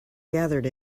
gathered